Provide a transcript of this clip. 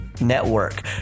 network